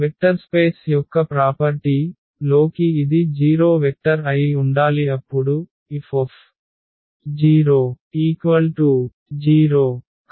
vector space యొక్క property అయిన 0 లోకి ఇది 0 వెక్టర్ అయి ఉండాలి అప్పుడు F 0